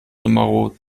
numero